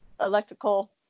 electrical